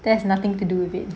there's nothing to do with it